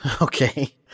okay